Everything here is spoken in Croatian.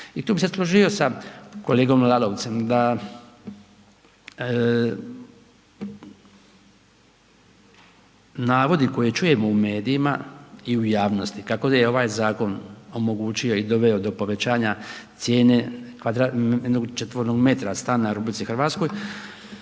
I tu bih se složio sa kolegom Lalovcem da navodi koje čujemo u medijima i u javnosti kako je ovaj zakon omogućio i doveo do povećanja cijene kvadrata, jednog četvornog metra stana u RH nije vezan